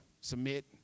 submit